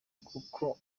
kuko